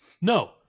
no